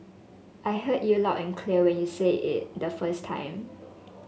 I heard you loud and clear when you said it the first time